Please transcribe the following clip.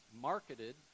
marketed